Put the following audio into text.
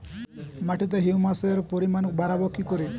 মাটিতে হিউমাসের পরিমাণ বারবো কি করে?